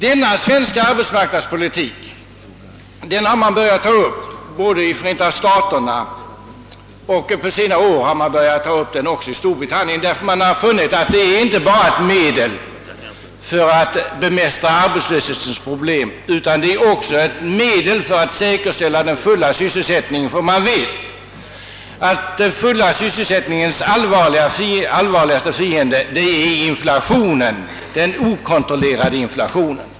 Denna svenska arbetsmarknadspolitik har man börjat ta upp både i Förenta staterna och — på senare år — i Storbritannien, ty man har funnit att det inte bara gäller ett medel för att bemästra arbetslöshetens problem utan också ett medel att säkerställa den fulla sysselsättningen. Man vet nämligen att den fulla sysselsättningens allvarligaste fiende är den okontrollerade inflationen.